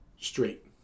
straight